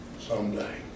someday